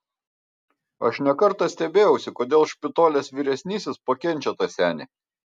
aš ne kartą stebėjausi kodėl špitolės vyresnysis pakenčia tą senį